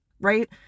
right